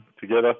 together